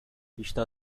está